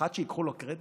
פחד שייקחו לו קרדיט?